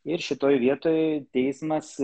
ir šitoj vietoj teismas